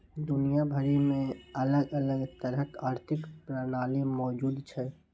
दुनिया भरि मे अलग अलग तरहक आर्थिक प्रणाली मौजूद छै